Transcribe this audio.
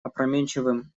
опрометчивым